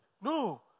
No